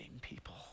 people